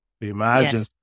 Imagine